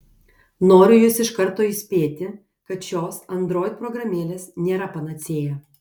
noriu jus iš karto įspėti kad šios android programėlės nėra panacėja